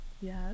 Yes